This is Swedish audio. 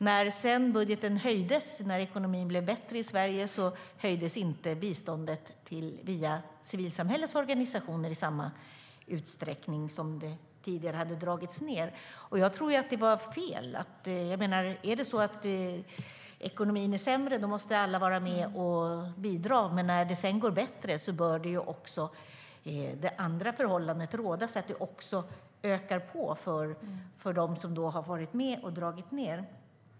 När sedan budgeten höjdes, när ekonomin blev bättre i Sverige, höjdes inte biståndet via civilsamhällets organisationer i samma utsträckning som det tidigare hade dragits ned. Jag tror att det var fel. Är ekonomin sämre måste alla vara med och bidra, men när det sedan går bättre bör det andra förhållandet råda, så att det ökar för dem som har varit med och dragit ned.